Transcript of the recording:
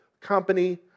company